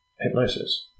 hypnosis